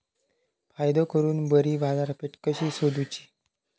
फायदो करून बरी बाजारपेठ कशी सोदुची?